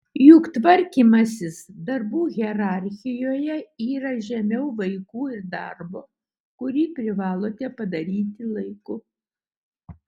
juk tvarkymasis darbų hierarchijoje yra žemiau vaikų ir darbo kurį privalote padaryti laiku